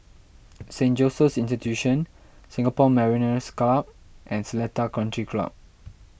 Saint Joseph's Institution Singapore Mariners' Club and Seletar Country Club